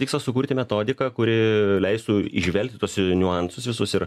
tikslas sukurti metodiką kuri leistų įžvelgti tuos niuansus visus ir